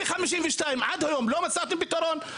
משנת 1952 עד היום, לא מצאתם פתרון.